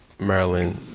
maryland